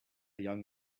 young